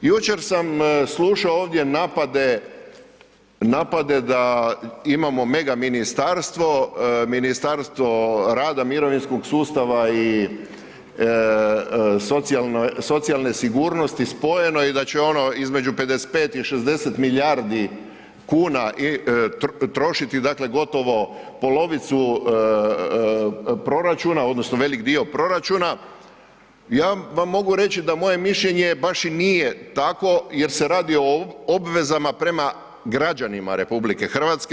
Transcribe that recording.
Jučer sam slušao ovdje napade da imamo megaministarstvo, Ministarstvo rada, mirovinskog sustava i socijalne sigurnosti spojeno i da će ono između 55 i 60 milijardi kuna trošiti dakle gotovo polovicu proračuna odnosno velik dio proračuna, ja vam mogu reći da moje mišljenje baš i nije takvo jer se radi o obvezama prema građanima RH.